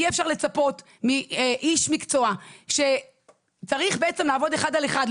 אי אפשר לצפות מאיש מקצוע שצריך לעבוד אחד על אחד,